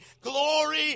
glory